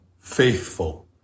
faithful